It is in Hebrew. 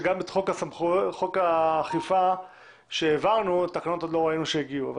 שגם בחוק האכיפה שהעברנו עוד לא ראינו שתקנות הגיעו,